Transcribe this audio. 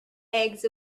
eggs